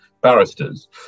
barristers